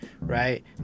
right